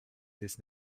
this